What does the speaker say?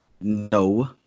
no